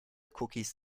cookies